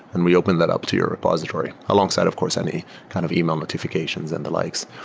and we opened that up to your repository alongside of course any kind of email notifications and the likes.